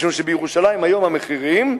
משום שבירושלים היום המחירים,